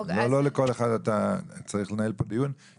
אתה לא צריך לנהל פה דיון בתגובה לכל אחד.